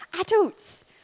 Adults